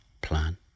plan